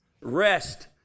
Rest